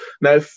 Now